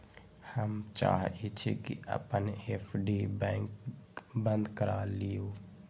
हम चाहई छी कि अपन एफ.डी बंद करा लिउ